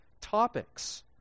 topics